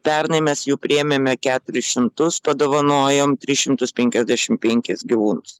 pernai mes jų priėmėme keturis šimtus padovanojom tris šimtus penkiasdešim penkis gyvūnus